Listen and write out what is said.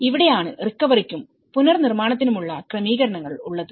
ഇവിടെയാണ് റിക്കവറിക്കും പുനർനിർമ്മാണത്തിനുമുള്ള ക്രമീകരണങ്ങൾ ഉള്ളത്